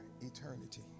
eternity